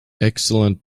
excellent